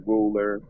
Ruler